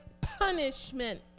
punishment